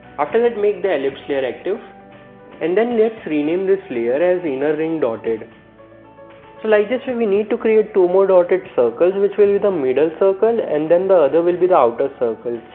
after that make the ellipse layer active and then let's rename this layer as inner ring dotted so like this we need to create two more dotted circles which will be the middle circle and then the other will be the outer circle